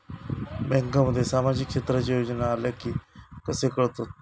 बँकांमध्ये सामाजिक क्षेत्रांच्या योजना आल्या की कसे कळतत?